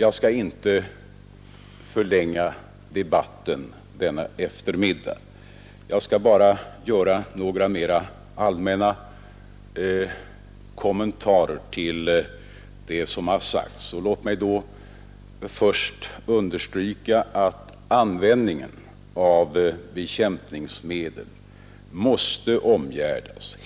Jag skall inte förlänga debatten denna eftermiddag; jag skall bara göra några mer allmänna kommentarer till det som har sagts. Låt mig då först understryka att användningen av bekämpningsmedel helt naturligt måste omgärdas